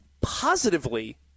positively